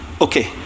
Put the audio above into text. Okay